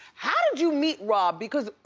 how did you meet rob because,